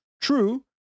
True